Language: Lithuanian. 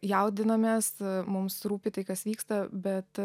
jaudinamės mums rūpi tai kas vyksta bet